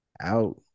Out